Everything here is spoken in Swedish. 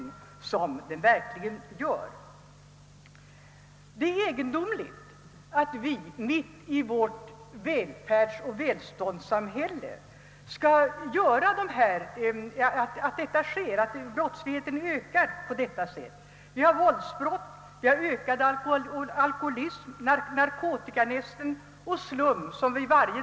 Det är egendomligt att brottsligheten ökar på detta sätt i vårt välfärdssamhälle: våldsbrotten ökar, alkoholismen ökar, och vi läser varje dag i tidningarna om narkotikanästen och slum.